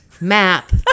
Map